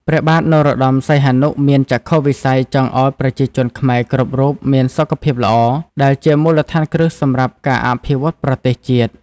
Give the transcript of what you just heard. ព្រះបាទនរោត្តម សីហនុ មានចក្ខុវិស័យចង់ឱ្យប្រជាជនខ្មែរគ្រប់រូបមានសុខភាពល្អ ដែលជាមូលដ្ឋានគ្រឹះសម្រាប់ការអភិវឌ្ឍប្រទេសជាតិ។